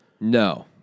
no